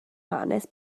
hanes